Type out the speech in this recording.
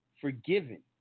forgiven